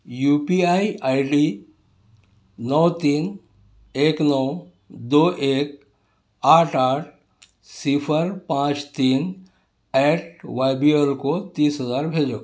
you P I I D نو تین ایک نو دو ایک آٹھ آٹھ صفر پانچ تین ایٹ وائی بی آر کو تیس ہزار بھیجو